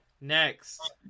Next